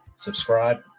Subscribe